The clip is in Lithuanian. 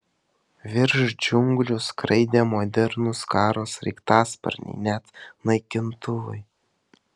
virš džiunglių skraidė modernūs karo sraigtasparniai net naikintuvai